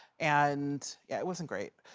and, yeah it wasn't great.